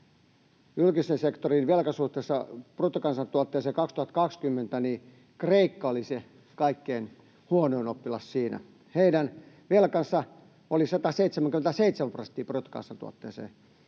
julkisen sektorin velkaa suhteessa bruttokansantuotteeseen 2020, Kreikka oli se kaikkein huonoin oppilas siinä. Heidän velkansa oli 177 prosenttia bruttokansantuotteesta,